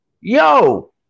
yo